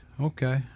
Okay